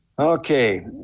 Okay